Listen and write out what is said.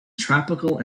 tropical